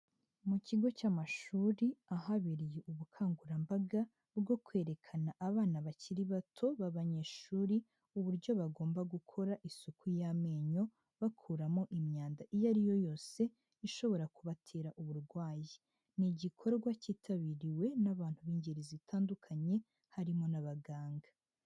Mu kigo cy'amashuri ahabereye ubukangurambaga bwo kwerekana abana bakiri bato b'abanyeshuri, uburyo bagomba gukora isuku y'amenyo, bakuramo imyanda iyo ari yo yose ishobora kubatera uburwayi. Ni igikorwa cyitabiriwe n'abantu b'ingeri zitandukanye, harimo n'abaganga.